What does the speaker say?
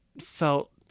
felt